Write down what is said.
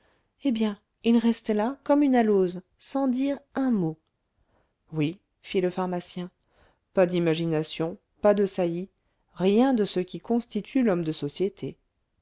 eh bien il restait là comme une alose sans dire un mot oui fit le pharmacien pas d'imagination pas de saillies rien de ce qui constitue l'homme de société